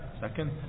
Second